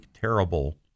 terrible